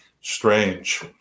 Strange